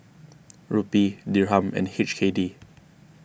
Rupee Dirham and H K D